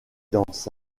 dans